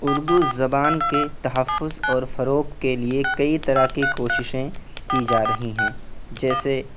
اردو زبان کے تحفظ اور فروغ کے لیے کئی طرح کی کوششیں کی جا رہی ہیں جیسے